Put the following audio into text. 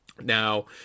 Now